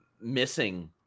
missing